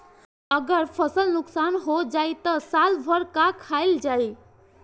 अगर फसल नुकसान हो जाई त साल भर का खाईल जाई